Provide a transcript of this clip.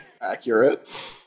Accurate